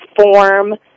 form